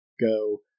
Go